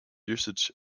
usage